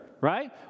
right